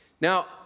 Now